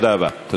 תודה רבה, אדוני.